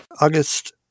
August